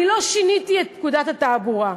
אני לא שיניתי את פקודת התעבורה,